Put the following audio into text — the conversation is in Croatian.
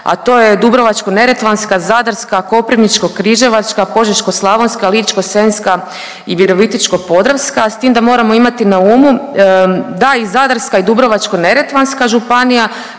a to je Dubrovačko-neretvanska, Zadarska, Koprivničko-križevačka, Požeško-slavonska, Ličko-senjska i Virovitičko-podravska s tim da moramo imati na umu da i Zadarska i Dubrovačko-neretvanska županija